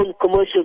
commercial